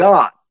God